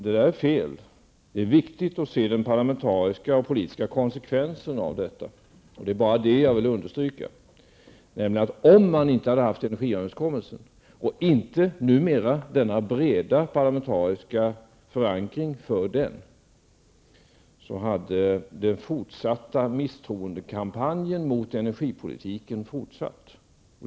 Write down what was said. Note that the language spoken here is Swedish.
Men det är fel. Det är viktigt att se den parlamentariska och politiska konsekvensen detta. Det är detta jag vill understryka. Om man inte hade haft energiöverenskommelsen och inte den numera breda parlamentariska förankringen för den, så hade den fortsatta misstroendekampanjen mot energipolitiken fortsatt.